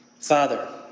Father